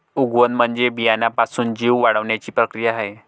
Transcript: उगवण म्हणजे बियाण्यापासून जीव वाढण्याची प्रक्रिया आहे